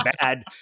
bad